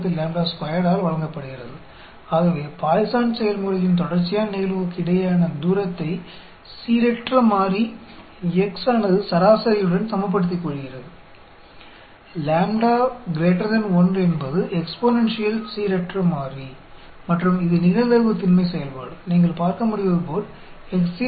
तो random variable x जो माध्य 1 के साथ एक पॉइसन प्रक्रिया की क्रमिक घटनाओं के बीच दूरी बराबर रखता है वह एक्सपोनेंशियल रैंडम वेरिएबल और यह प्रोबेबिलिटी डेंसिटी फ़ंक्शन है